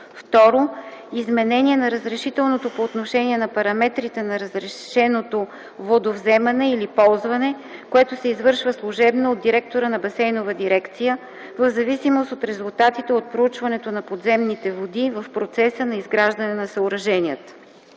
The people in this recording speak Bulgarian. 2. изменение на разрешителното по отношение параметрите на разрешеното водовземане или ползване, което се извършва служебно от директора на басейнова дирекция, в зависимост от резултатите от проучването на подземните води в процеса на изграждане на съоръженията.”